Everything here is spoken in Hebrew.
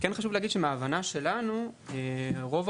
כיום,